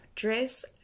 dress